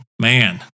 man